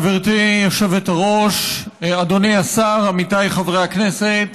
גברתי היושבת-ראש, אדוני השר, עמיתיי חברי הכנסת,